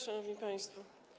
Szanowni Państwo!